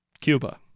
Cuba